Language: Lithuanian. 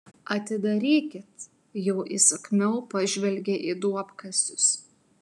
atidarykit jau įsakmiau pažvelgė į duobkasius